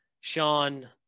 Sean